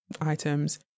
items